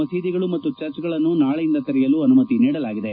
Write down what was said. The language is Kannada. ಮಸೀದಿಗಳು ಮತ್ತು ಚರ್ಚ್ಗಳನ್ನು ನಾಳೆಯಿಂದ ತೆರೆಯಲು ಅನುಮತಿ ನೀಡಲಾಗಿದೆ